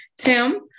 Tim